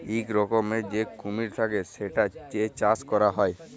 ইক রকমের যে কুমির থাক্যে সেটার যে চাষ ক্যরা হ্যয়